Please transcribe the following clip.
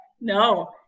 No